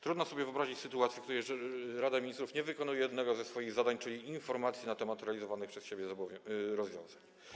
Trudno wyobrazić sobie sytuację, w której Rada Ministrów nie wykonuje jednego ze swoich zadań, czyli informacji na temat realizowanych przez siebie rozwiązań.